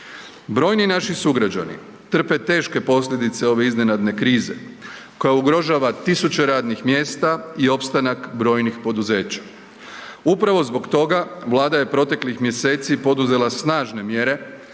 Brojni naši sugrađani trpe teške posljedice ove iznenadne krize koja ugrožava tisuće radnih mjesta i opstanak brojnih poduzeća. Upravo zbog toga Vlada je proteklih mjeseci poduzela snažne mjere